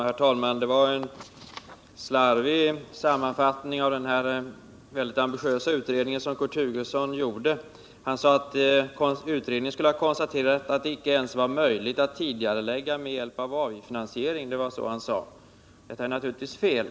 Herr talman! Det var en slarvig sammanfattning av den mycket ambitiösa utredningen som Kurt Hugosson gjorde. Han sade att utredningen skulle ha konstaterat att det inte var möjligt att åstadkomma tidigareläggningar med hjälp av avgiftsfinansiering. Detta är naturligtvis felaktigt.